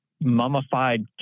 mummified